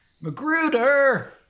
Magruder